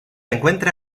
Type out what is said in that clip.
encuentra